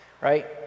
right